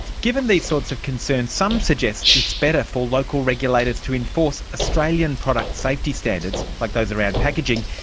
given these sorts of concerns, some suggest it's better for local regulators to enforce australian product safety standards, like those around packaging,